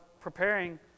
preparing